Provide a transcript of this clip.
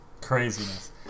Craziness